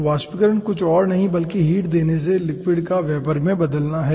तो वाष्पीकरण कुछ और नहीं बल्कि हीट देने से लिक्विड का वेपर में बदलना है